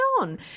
on